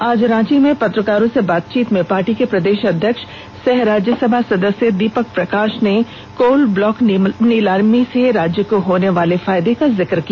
आज रांची में पत्रकारों से बातचीत करते हुए पार्टी के प्रदेष अध्यक्ष सह राज्यसभा सदस्य दीपक प्रकाष ने कोल ब्लॉक नीलामी से राज्य को होनेवाले फायदे का जिक किया